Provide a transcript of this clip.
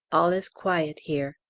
all is quiet here.